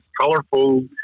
colorful